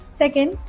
second